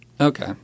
Okay